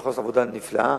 ויכול לעשות עבודה נפלאה,